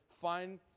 find